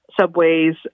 subways